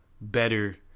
better